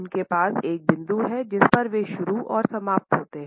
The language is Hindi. उनके पास एक बिंदु है जिस पर वे शुरु और समाप्त होते हैं